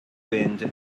wind